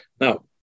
Now